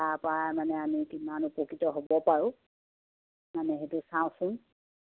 তাৰপৰা মানে আমি কিমান উপকৃত হ'ব পাৰোঁ মানে সেইটো চাওঁচোন